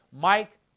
Mike